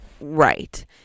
right